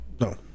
No